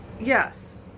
Yes